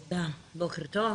תודה, בוקר טוב,